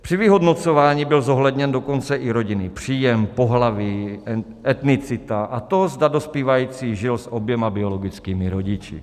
Při vyhodnocování byl zohledněn dokonce i rodinný příjem, pohlaví, etnicita a to, zda dospívající žil s oběma biologickými rodiči.